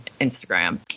Instagram